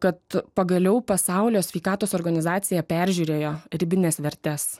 kad pagaliau pasaulio sveikatos organizacija peržiūrėjo ribines vertes